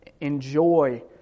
enjoy